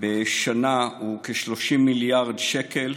בשנה הוא כ-30 מיליארד שקל.